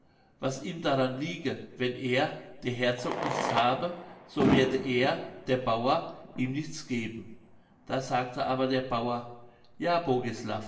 was ihm daran liege wenn er der herzog nichts habe so werde er der bauer ihm nichts geben da sagte aber der bauer ja